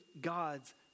God's